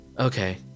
Okay